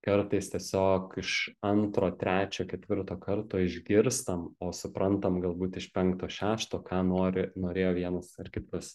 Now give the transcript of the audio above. kartais tiesiog iš antro trečio ketvirto karto išgirstam o suprantam galbūt iš penkto šešto ką nori norėjo vienas ar kitas